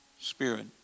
spirit